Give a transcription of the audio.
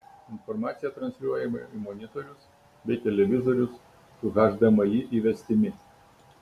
informacija transliuojama į monitorius bei televizorius su hdmi įvestimi